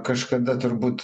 kažkada turbūt